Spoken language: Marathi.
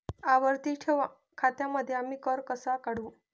आवर्ती ठेव खात्यांमध्ये आम्ही कर कसा काढू?